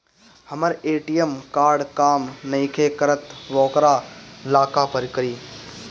हमर ATM card काम नईखे करत वोकरा ला का करी?